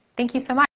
thank you so much.